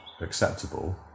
acceptable